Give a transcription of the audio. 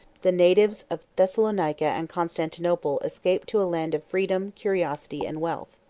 the natives of thessalonica and constantinople escaped to a land of freedom, curiosity, and wealth.